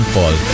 Fall